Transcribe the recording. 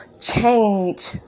change